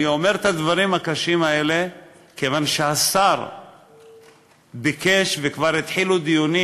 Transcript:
אני אומר את הדברים הקשים האלה כיוון שהשר ביקש וכבר התחילו דיונים